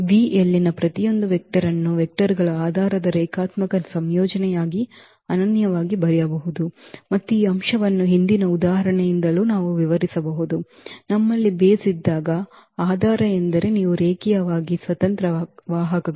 V ಯಲ್ಲಿನ ಪ್ರತಿಯೊಂದು vector ಅನ್ನು ವೆಕ್ಟರ್ ಗಳ ಆಧಾರದ ರೇಖಾತ್ಮಕ ಸಂಯೋಜನೆಯಾಗಿ ಅನನ್ಯವಾಗಿ ಬರೆಯಬಹುದು ಮತ್ತು ಈ ಅಂಶವನ್ನು ಹಿಂದಿನ ಉದಾಹರಣೆಯಿಂದಲೂ ನಾವು ವಿವರಿಸಬಹುದು ನಮ್ಮಲ್ಲಿ ಬೇಸ್ ಇದ್ದಾಗ ಆಧಾರ ಎಂದರೆ ನೀವು ರೇಖೀಯವಾಗಿ ಸ್ವತಂತ್ರ ವಾಹಕಗಳು